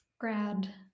grad